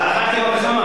זה על אחת כמה וכמה.